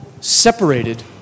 separated